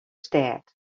stêd